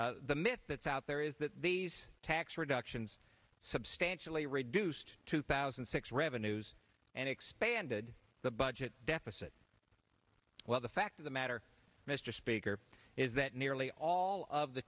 the myth that's out there is that these tax reductions substantially reduced two thousand and six revenues and expanded the budget deficit well the fact of the matter mr speaker is that nearly all of the